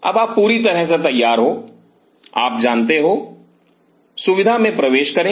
अब आप पूरी तरह से तैयार हो आप जानते हो सुविधा में प्रवेश करें